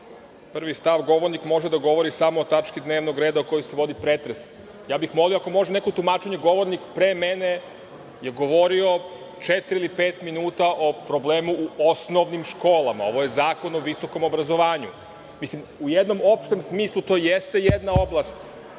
prvi stav, govornik može da govori samo o tački dnevnog reda, o kojoj se vodi pretres. Molio bih ako može neko tumačenje, govornik pre mene je govorio četiri ili pet minuta o problemu u osnovnim školama. Ovo je zakon o visokom obrazovanju. Mislim, u jednom opštem smislu to jeste jedna oblast,